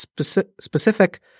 specific